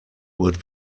would